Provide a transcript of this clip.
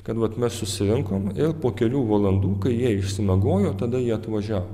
kad vat mes susirinkom ir po kelių valandų kai jie išsimiegojo tada jie atvažiavo